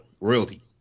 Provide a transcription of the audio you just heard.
Royalty